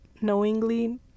knowingly